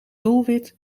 doelwit